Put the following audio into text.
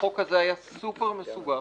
החוק הזה היה סופר מסובך.